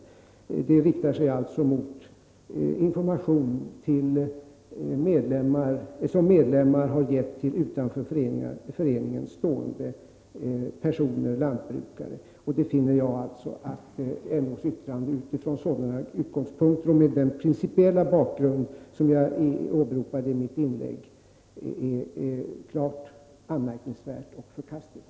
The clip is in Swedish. Uttalandet riktar sig alltså mot information som medlemmar har gett till utanför föreningen stående lantbrukare. Jag finner att detta yttrande utifrån sådana utgångspunkter och med den principiella bakgrund som jag åberopade i mitt inlägg är klart anmärkningsvärt och förkastligt.